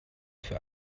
für